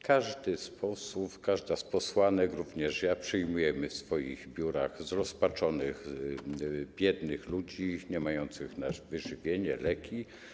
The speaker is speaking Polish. Każdy z posłów, każda z posłanek, również ja - przyjmujemy w swoich biurach zrozpaczonych, biednych ludzi, niemających na wyżywienie, leki.